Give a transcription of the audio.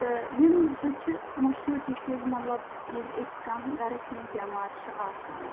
تہٕ یِم زٕ چھِ مشہوٗر ڈِشِز مطلب ییٚلہِ أسۍ کانٛہہ گَرَس منٛز بٮ۪مار چھُ آسان